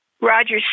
Roger